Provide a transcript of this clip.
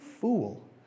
fool